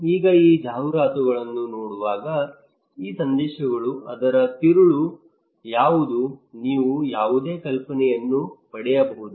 ಈಗ ಈ ಜಾಹೀರಾತುಗಳನ್ನು ನೋಡುವಾಗ ಈ ಸಂದೇಶಗಳು ಅದರ ತಿರುಳು ಯಾವುದು ನೀವು ಯಾವುದೇ ಕಲ್ಪನೆಯನ್ನು ಪಡೆಯಬಹುದು